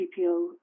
GPO